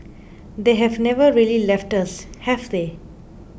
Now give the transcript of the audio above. they have never really left us have they